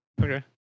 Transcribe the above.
Okay